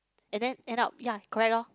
and then end up like ya correct loh